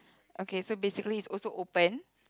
okay so basically it's also open